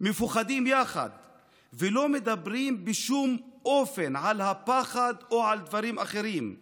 מפוחדים יחד / ולא מדברים בשום אופן על הפחד או על דברים אחרים /